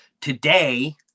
today